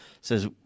says